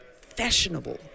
fashionable